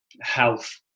health